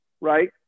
right